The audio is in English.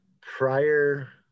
prior